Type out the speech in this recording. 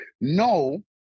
No